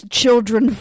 children